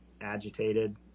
agitated